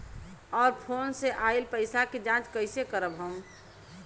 और फोन से आईल पैसा के जांच कैसे करब हम?